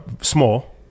small